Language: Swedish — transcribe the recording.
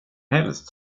helst